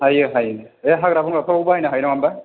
हायो हायो बे हाग्रा बंग्राफ्रावबो बाहायनो हायो नङा होम्बा